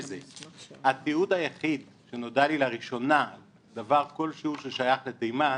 התיעוד היחיד שנודע לי לראשונה דבר כלשהו ששייך לתימן